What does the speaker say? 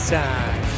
time